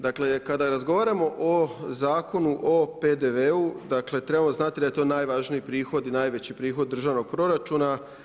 Dakle kada razgovaramo o Zakon o PDV-u, dakle trebamo znati da je to najvažniji prihod i najveći prihod državnog proračuna.